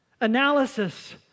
analysis